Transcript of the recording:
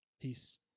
peace